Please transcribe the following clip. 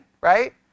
right